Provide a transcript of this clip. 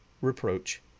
reproach